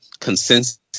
consensus